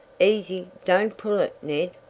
easy! don't pull it, ned.